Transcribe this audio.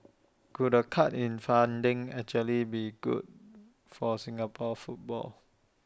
could A cut in funding actually be good for Singapore football